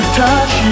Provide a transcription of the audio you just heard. touch